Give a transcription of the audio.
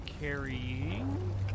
carrying